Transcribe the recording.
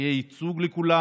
שיהיה ייצוג לכולם.